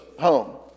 home